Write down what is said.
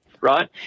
Right